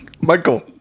Michael